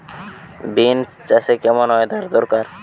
Beans চাষে কেমন weather দরকার?